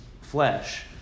flesh